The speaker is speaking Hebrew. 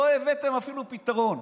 לא הבאתם אפילו פתרון.